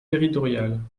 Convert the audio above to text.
territoriales